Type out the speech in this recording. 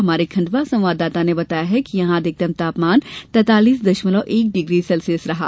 हमारे खण्डवा संवाददाता ने बताया है कि यहां का अधिकतम तापमान तैंतालीस दशमलव एक डिग्री सेल्सियस रहा